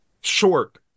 short